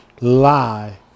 lie